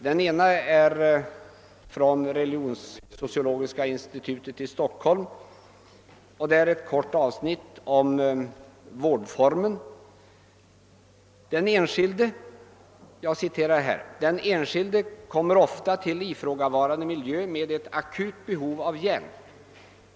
Den ena har gjorts av religionssociologiska institutet i Stockholm, och jag läser ett kort avsnitt om vårdfor »Den enskilde kommer ofta till ifrågavarande miljö med ett akut behov av hjälp.